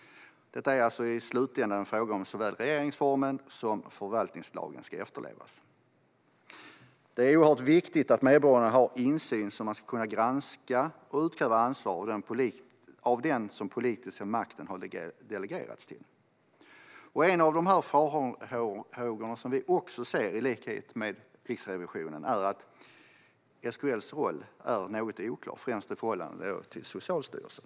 Detta är i slutänden alltså en fråga om att såväl regeringsformen som förvaltningslagen ska efterlevas. Det är oerhört viktigt att medborgarna har insyn, så att de ska kunna granska och utkräva ansvar av dem som den politiska makten har delegerats till. En av de farhågor som vi, i likhet med Riksrevisionen, ser är att SKL:s roll är något oklar, främst i förhållande till Socialstyrelsen.